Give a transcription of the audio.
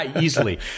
Easily